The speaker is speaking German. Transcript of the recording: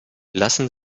lassen